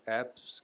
apps